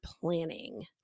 planning